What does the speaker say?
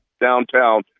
downtown